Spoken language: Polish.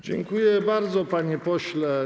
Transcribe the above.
Dziękuję bardzo, panie pośle.